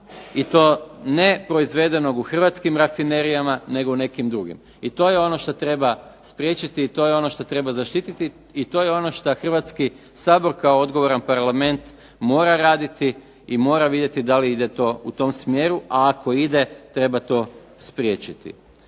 i to ne proizvedeno u Hrvatskim rafinerijama nego u nekim drugim, i to je ono što treba spriječiti i to je ono što treba zaštititi, i to je ono što Hrvatski sabor kao odgovoran parlament mora raditi i mora vidjeti da li ide to u tom smjeru, a ako ide mora to spriječiti.